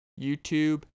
YouTube